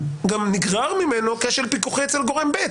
גם נגרר ממנו כשל פיקוחי אצל גורם ב',